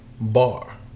bar